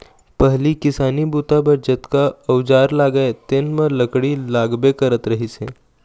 पहिली किसानी बूता बर जतका अउजार लागय तेन म लकड़ी लागबे करत रहिस हे